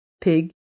pig